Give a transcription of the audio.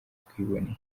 twiboneye